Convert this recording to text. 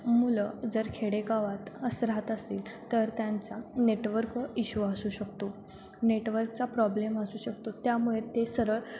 मुलं जर खेडेगावात अस राहात असतील तर त्यांचा नेटवर्क इश्यू असू शकतो नेटवर्कचा प्रॉब्लेम असू शकतो त्यामुळे ते सरळ